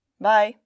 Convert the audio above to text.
Bye